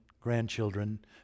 grandchildren